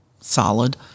solid